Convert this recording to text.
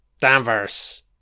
Danvers